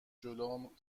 جلوم